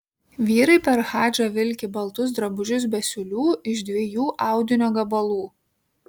vyrai per hadžą vilki baltus drabužius be siūlių iš dviejų audinio gabalų